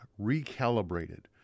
recalibrated